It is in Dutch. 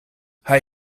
hij